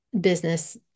business